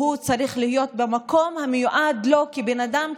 הוא צריך להיות במקום המיועד לו כבן אדם,